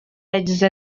yagize